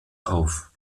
auf